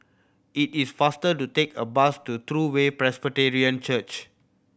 it is faster to take a bus to True Way Presbyterian Church